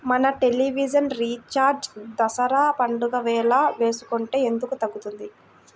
మన television recharge Dasara పండగ వేళ వేసుకుంటే ఎందుకు తగ్గుతుంది?